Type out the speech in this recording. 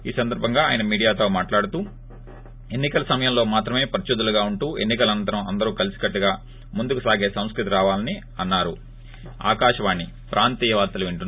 ఈ సందర్భంగా ఆయన మీడియాతో మాట్లాడుతూ ఎన్ని కల సమయంలో మాత్రమే ప్రత్యర్తులుగా ఉంటూ ఎన్ని కల అనంతరం అందరూ కలసి కట్టుగా ముందుకు సాగే సంస్కృతి రావాలని మాధవ్ అన్నా రు